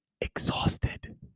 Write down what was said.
exhausted